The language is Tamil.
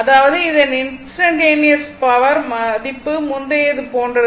அதாவது இதன் இன்ஸ்டன்டனியஸ் பவர் மதிப்பு முந்தையது போன்றது